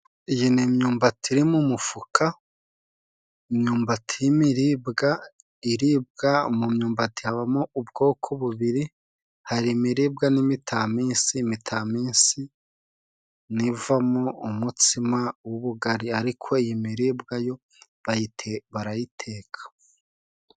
Iyi ni imyumbati iri mu mufuka, imyumbati y'imiribwa iribwa. Mu myumbati habamo ubwoko bubiri hari imiribwa n'imitamisi. Imitamisi ni ivamo umutsima w'ubugari. Ariko iy'imiribwa yo barayiteka.